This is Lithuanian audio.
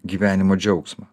gyvenimo džiaugsmą